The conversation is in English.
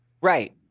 Right